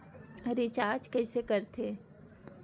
Recharge कइसे कर थे?